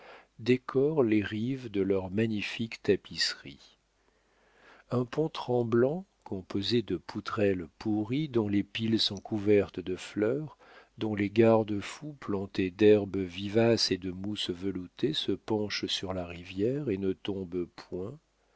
décorent les rives de leurs magnifiques tapisseries un pont tremblant composé de poutrelles pourries dont les piles sont couvertes de fleurs dont les garde fous plantés d'herbes vivaces et de mousses veloutées se penchent sur la rivière et ne tombent point